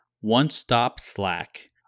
one-stop-slack